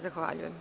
Zahvaljujem.